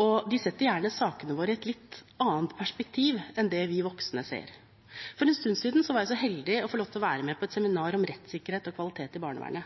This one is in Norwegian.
og de setter gjerne sakene våre i et litt annet perspektiv enn det vi voksne ser. For en stund siden var jeg så heldig å få lov til å være med på et seminar om